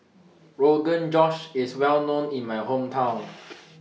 Rogan Josh IS Well known in My Hometown